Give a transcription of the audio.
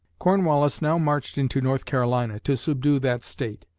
cornwallis now marched into north carolina to subdue that state.